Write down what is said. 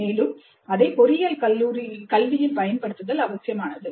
மேலும் அதை பொறியியல் கல்வியில் பயன்படுத்துதல் அவசியமானது